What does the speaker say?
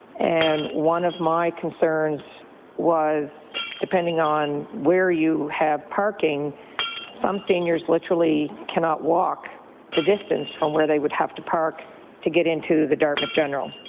and one of my concerns was depending on where you have parking some seniors literally cannot walk the distance from where they would have to park to get into the dartmouth general.